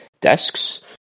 desks